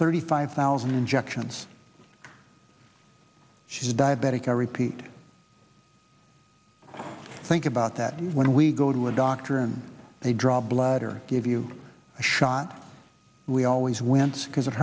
thirty five thousand injections she's a diabetic i repeat think about that when we go to a doctor and they draw blood or give you a shot we always went because it